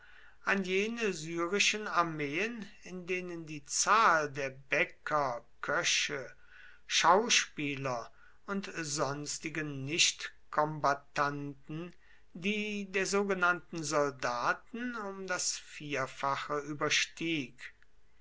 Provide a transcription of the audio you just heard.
an jene syrischen armeen in denen die zahl der bäcker köche schauspieler und sonstigen nichtkombattanten die der sogenannten soldaten um das vierfache überstieg